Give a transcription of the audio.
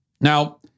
Now